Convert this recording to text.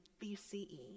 BCE